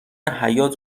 حیات